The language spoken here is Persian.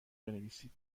بنویسید